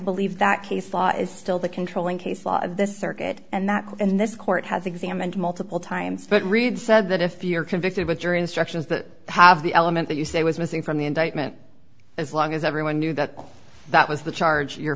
believe that case law is still the controlling case law of this circuit and that and this court has examined multiple times but reed said that if you're convicted with jury instructions that have the element that you say was missing from the indictment as long as everyone knew that that was the charge you're